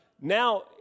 Now